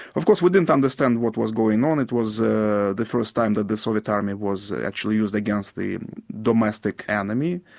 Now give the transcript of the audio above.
of course we didn't understand what was going on. it was ah the first time that the soviet army was actually used against the domestic enemy,